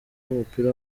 w’umupira